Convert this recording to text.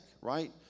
right